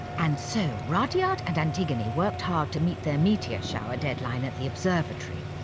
and so rudyard and antigone worked hard to meet their meteor shower deadline at the observatory,